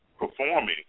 Performing